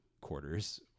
quarters